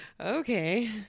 Okay